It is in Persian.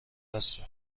هستم